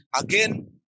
Again